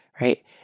right